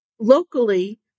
locally